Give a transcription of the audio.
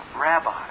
Rabbi